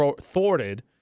thwarted